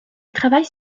travaille